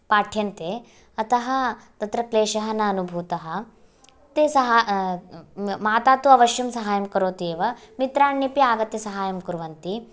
पाठ्यन्ते अतः तत्र क्लेशः न अनुभूतः ते सह माता तु अवश्यं साहाय्यं करोति एव मित्राण्यपि आगत्य साहाय्यं कुर्वन्ति